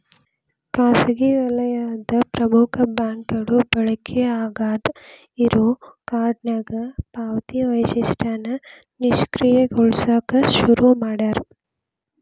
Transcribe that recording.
ಖಾಸಗಿ ವಲಯದ ಪ್ರಮುಖ ಬ್ಯಾಂಕ್ಗಳು ಬಳಕೆ ಆಗಾದ್ ಇರೋ ಕಾರ್ಡ್ನ್ಯಾಗ ಪಾವತಿ ವೈಶಿಷ್ಟ್ಯನ ನಿಷ್ಕ್ರಿಯಗೊಳಸಕ ಶುರು ಮಾಡ್ಯಾರ